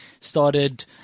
started